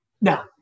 Now